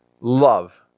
love